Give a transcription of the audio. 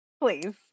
Please